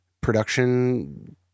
production